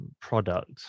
product